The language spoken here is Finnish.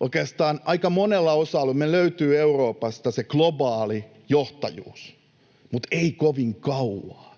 Oikeastaan aika monella osa-alueella meiltä löytyy Euroopasta se globaali johtajuus, mutta ei kovin kauaa,